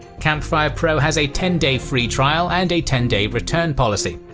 campfire pro has a ten day free trial and a ten day return policy.